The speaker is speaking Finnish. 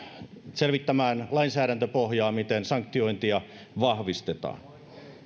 selvittämään lainsäädäntöpohjaa miten sanktiointia vahvistetaan